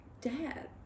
dad